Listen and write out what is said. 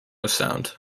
sound